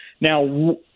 Now